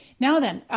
now then,